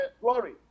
glory